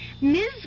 Ms